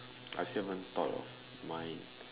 I still haven't thought of my